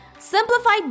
simplified